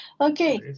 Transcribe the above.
Okay